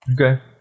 Okay